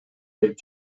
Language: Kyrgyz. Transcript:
берип